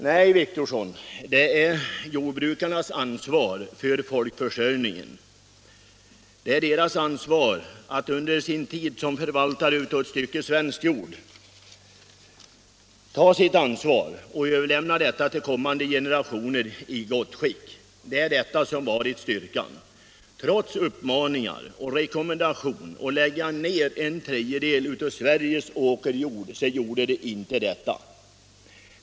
Nej, herr Wictorsson, det är jordbrukarnas ansvar för folkförsörjningen, det är deras ansvar för att under sin tid som förvaltare av ett stycke svensk jord vårda det, så att de kan överlämna det till kommande generationer i gott skick, som har varit styrkan. Trots uppmaningar om att lägga igen en tredjedel av Sveriges åkerjord gjorde de inte detta.